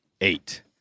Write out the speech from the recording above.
eight